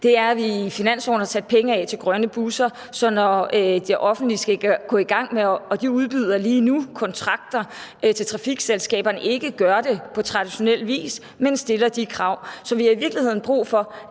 elbiler. Vi har i finansloven sat penge af til grønne busser, så når det offentlige skal gå i gang med at udbyde kontrakter – de udbyder lige nu – til trafikselskaberne, skal de ikke gøre det på traditionel vis, men stille de krav. Så vi har i virkeligheden brug for,